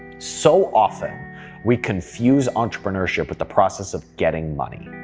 so often we confuse entrepreneurship with the process of getting money.